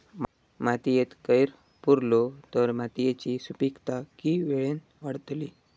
मातयेत कैर पुरलो तर मातयेची सुपीकता की वेळेन वाडतली?